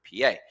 PA